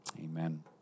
Amen